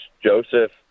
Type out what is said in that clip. joseph